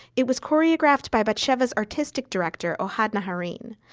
it was choreographed by batsheva's artistic director ohad naharin.